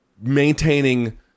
maintaining